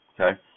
okay